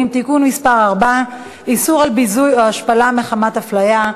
(תיקון מס' 4) (איסור ביזוי או השפלה מחמת הפליה),